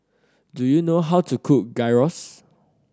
do you know how to cook Gyros